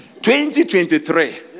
2023